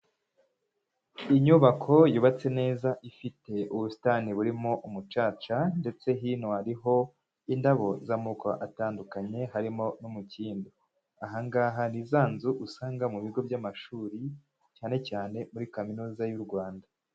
Inyubako yubatse neza, ifite ubusitani burimo umucaca ndetse hino hariho indabo z'amoko atandukanye harimo n'umukindo, aha ngaha ni za nzu usanga mu bigo by'amashuri cyane cyane muri kaminuza y'u Rwanda.